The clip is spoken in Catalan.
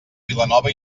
vilanova